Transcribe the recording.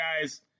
guys